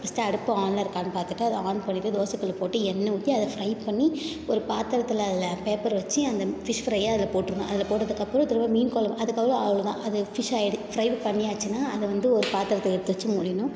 first அடுப்பு ஆனில் இருக்கான்னு பார்த்துட்டு அதை ஆன் பண்ணிட்டு தோசை கல் போட்டு எண்ணெய் ஊற்றி அதை ஃப்ரை பண்ணி ஒரு பாத்திரத்தில் அதில் பேப்பர் வச்சி அந்த ஃபிஷ் ஃப்ரையை அதில் போட்டுடணும் அதில் போட்டதுக்கப்புறம் திரும்ப மீன் கொழம்பு அதுக்கப்புறம் அவ்வளோ தான் அது ஃபிஷ் ஆயிடு ஃப்ரைடு பண்ணியாச்சின்னால் அதை வந்து ஒரு பாத்திரத்துக்கு எடுத்து வச்சி மூடிடணும்